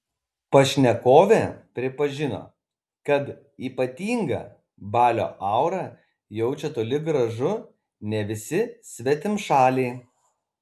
pašnekovė pripažino kad ypatingą balio aurą jaučią toli gražu ne visi svetimšaliai